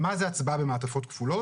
מה זו הצבעה במעטפות כפולות,